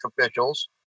officials